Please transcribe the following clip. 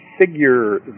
figure